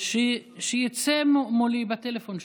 שיצא מולי בטלפון שלו.